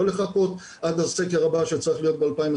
לא לחכות עד הסקר הבא שצריך להיות ב-2021,